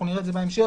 נראה את זה בהמשך,